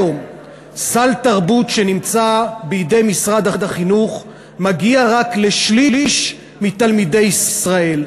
היום סל תרבות שנמצא בידי משרד החינוך מגיע רק לשליש מתלמידי ישראל,